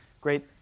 great